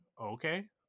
okay